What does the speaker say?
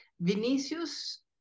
Vinicius